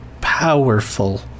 powerful